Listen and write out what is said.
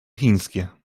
chińskie